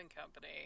Company